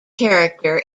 character